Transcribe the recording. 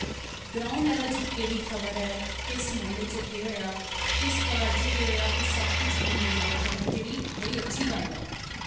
ground level च केह्ड़ी खबर ऐ केह्ड़े म्हल्ले च केह् होया किस कार च केह् होया ओह् सब कुछ अमर उजाला च आंदा जेह्ड़ी बड़ी अच्छी गल्ल ऐ